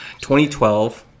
2012